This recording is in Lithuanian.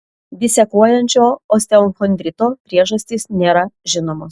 disekuojančio osteochondrito priežastys nėra žinomos